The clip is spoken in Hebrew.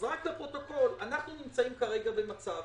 רק לפרוטוקול: אנחנו נמצאים כרגע במצב